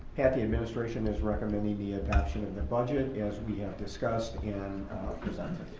pat, the administration is recommending the adoption of the budget as we have discussed and presented.